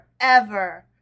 forever